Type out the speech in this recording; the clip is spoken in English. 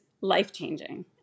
life-changing